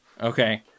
Okay